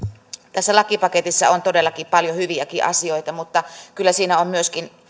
tässä lakipaketissa on todellakin paljon hyviäkin asioita mutta kyllä siinä on myöskin